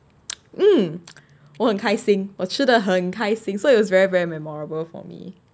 um 我很开心我吃得很开心 so it was very very memorable for me